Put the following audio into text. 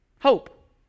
Hope